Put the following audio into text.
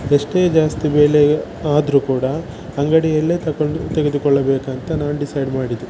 ಎಷ್ಟೇ ಜಾಸ್ತಿ ಬೆಲೆಯು ಆದರೂ ಕೂಡ ಅಂಗಡಿಯಲ್ಲೇ ತಕೊಂಡು ತೆಗೆದುಕೊಳ್ಳಬೇಕಂತ ನಾನು ಡಿಸೈಡ್ ಮಾಡಿದೆ